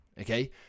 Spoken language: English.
okay